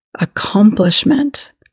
accomplishment